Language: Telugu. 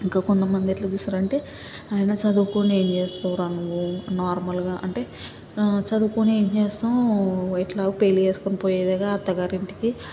ఇంకా కొంతమంది ఎట్లా చూస్తారు అంటే అయినా చదువుకొని ఏం చేస్తావురా నువ్వు నోర్మల్గా అంటే చదువుకొని ఏం చేస్తావ్ ఎట్లాగో పెళ్ళి చేసుకుని పోయేదేగా అత్తగారింటికి